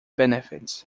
benefits